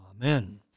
Amen